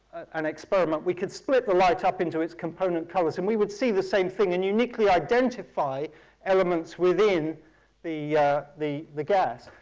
an experiment, we could split the light up into its component colours, and we would see the same thing and uniquely identify elements within the the gas.